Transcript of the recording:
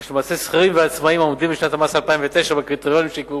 כך שלמעשה שכירים ועצמאים העומדים בשנת המס 2009 בקריטריונים שנקבעו